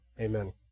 amen